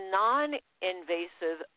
non-invasive